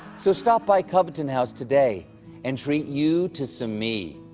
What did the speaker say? so stop by coveton house today and treat you to some me.